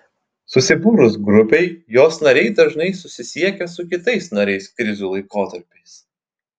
susibūrus grupei jos nariai dažnai susisiekia su kitais nariais krizių laikotarpiais